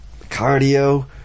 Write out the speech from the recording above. Cardio